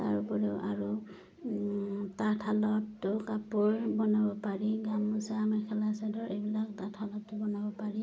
তাৰ উপৰিও আৰু তাঁতশালতো কাপোৰ বনাব পাৰি গামোচা মেখেলা চাদৰ এইবিলাক তাঁতশালতটো বনাব পাৰি